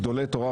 גדולי תורה,